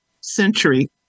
century